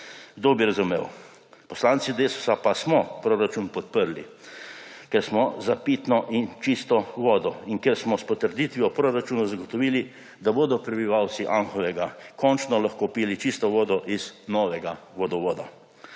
bi razumel? Poslanci Desusa pa smo proračun podprli, ker smo za pitno in čisto vodo in ker smo s potrditvijo proračuna zagotovili, da bodo prebivalci Anhovega končno lahko pili čisto vodo iz novega vodovoda.